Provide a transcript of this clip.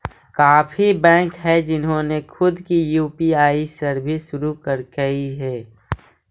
काफी बैंक हैं जिन्होंने खुद की यू.पी.आई सर्विस शुरू करकई हे